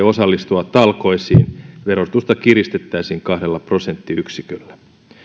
osallistua talkoisiin verotusta kiristettäisiin kahdella prosenttiyksiköllä